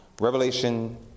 Revelation